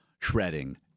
shredding